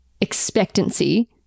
expectancy